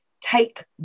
take